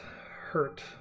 hurt